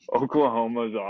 Oklahoma's